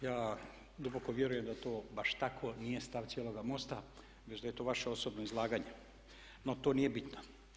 Ja duboko vjerujem da to baš tako nije stav cijeloga MOST-a već da je to vaše osobno izlaganje, no to nije bitno.